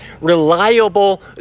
reliable